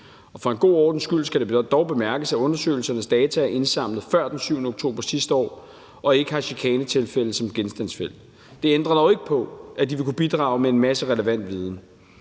For en god ordens skyld skal det dog bemærkes, at undersøgelsernes data er indsamlet før den 7. oktober sidste år og ikke har chikanetilfælde som genstandsfelt. Det ændrer dog ikke på, at de vil kunne bidrage med en masse relevant viden.